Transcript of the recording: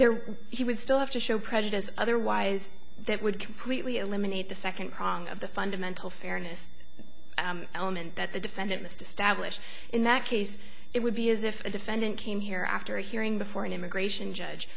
there he would still have to show prejudice otherwise that would completely eliminate the second prong of the fundamental fairness element that the defendant missed established in that case it would be as if a defendant came here after hearing before an immigration judge